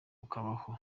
ukabaho